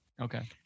Okay